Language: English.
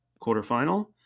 quarterfinal